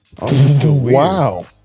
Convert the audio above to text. Wow